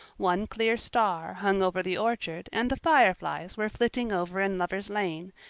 one clear star hung over the orchard and the fireflies were flitting over in lover's lane,